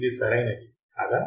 ఇది సరైనది కాదా